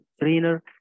trainer